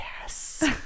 yes